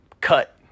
cut